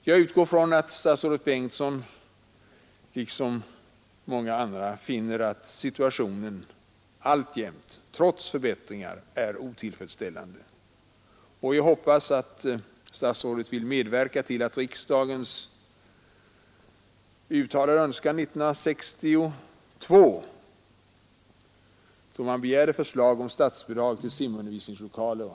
Jag utgår från att statsrådet Bengtsson liksom många andra finner att situationen alltjämt trots förbättringar är otillfredsställande. År 1962 begärde riksdagen förslag om statsbidrag till simundervisningslokaler.